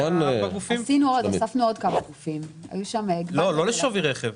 אני שואל על שווי רכב.